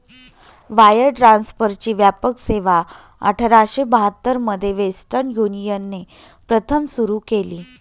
wire ट्रान्सफरची व्यापक सेवाआठराशे बहात्तर मध्ये वेस्टर्न युनियनने प्रथम सुरू केली